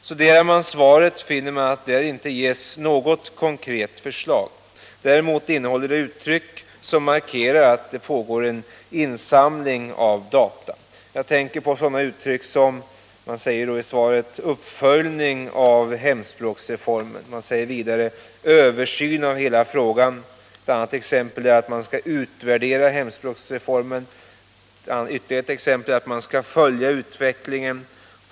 Studerar man det finner man att där inte ges något konkret förslag. Däremot innehåller det uttryck som markerar att det pågår en insamling av data. Jag tänker då på sådana uttryck som -”uppföljning av hemspråksreformen” och ”översyn av hela frågan”. Vidare sägs att man skall ”utvärdera hemspråksreformens effekter” och ” följa utvecklingen”.